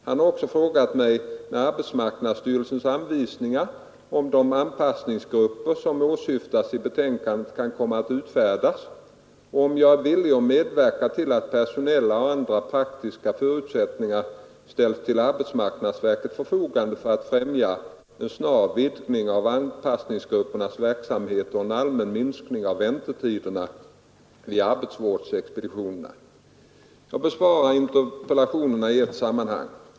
Han har också frågat mig när arbetsmarknadsstyrelsens anvisningar om de anpassningsgrupper som åsyftas i betänkan det kan komma att utfärdas och om jag är villig att medverka till att personella och andra praktiska förutsättningar ställs till arbetsmarknadsverkets förfogande för att främja en snar vidgning av anpassningsgruppernas verksamhet och en allmän minskning av väntetiderna vid arbetsvårdsexpeditionerna. Jag besvarar interpellationerna i ett sammanhang.